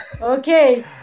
Okay